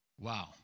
wow